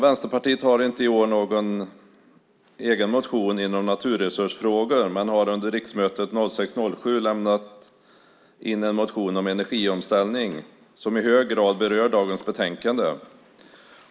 Vänsterpartiet har i år inte någon egen motion om naturresursfrågor men har under riksmötet 2006/07 väckt en motion om energiomställning som i hög grad berör dagens betänkande.